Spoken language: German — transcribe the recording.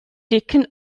dicken